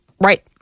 right